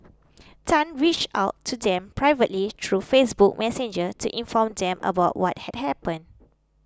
Tan reached out to them privately through Facebook Messenger to inform them about what had happened